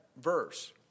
verse